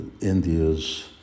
India's